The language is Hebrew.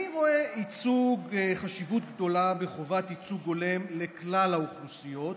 אני רואה חשיבות גדולה בחובת ייצוג הולם לכלל האוכלוסיות,